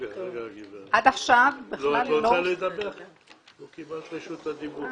עד עכשיו --- לא קיבלת את רשות הדיבור.